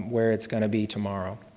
where it's going to be tomorrow.